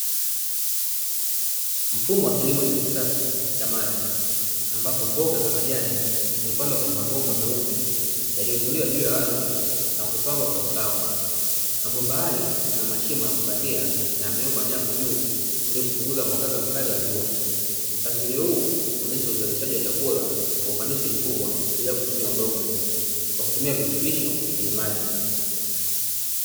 Mfumo wa kilimo cha kisasa cha maji, ambapo mboga za majani zimepandwa kwenye mabomba meupe yaliyoinuliwa juu ya ardhi na kupangwa kwa usawa, mabomba hayo yana mashimo ya kupandia na yamewekwa nyavu juu ili kupunguza mwangaza mkali wa jua. Mpangilio huu unaonyesha uzalishaji wa chakula kwa ufanisi mkubwa bila kutumia udongo kwa kutumia virutubisho kwenye maji.